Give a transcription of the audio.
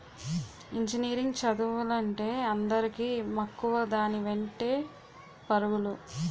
engineering చదువులంటే అందరికీ మక్కువ దాని వెంటే పరుగులు